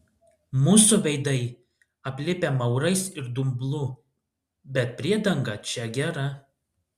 mūsų veidai aplipę maurais ir dumblu bet priedanga čia gera